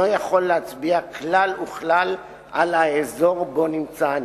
יכול להצביע כלל וכלל על האזור שבו נמצא הנכס,